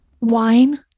Wine